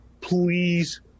please